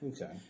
Okay